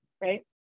right